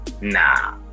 Nah